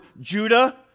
Judah